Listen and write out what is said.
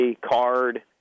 card